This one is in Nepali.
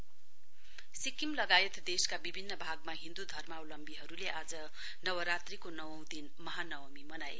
फेसटीबल महानवमी सिक्किम लगायत देशका विभिन्न भागमा हिन्दु धर्मावलम्बीहरुले आज नवरात्रीको नवौं दिन महानवमी मनाए